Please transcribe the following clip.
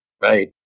Right